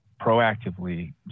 proactively